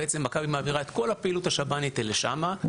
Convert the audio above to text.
בעצם מכבי מעבירה את כל הפעילות השב"נים לשם.